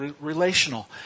relational